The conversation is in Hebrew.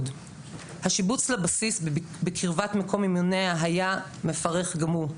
השיבוץ לבסיס בקרבת מקום אימוניה היה מפרך גם הוא.